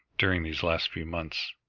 during these last few months,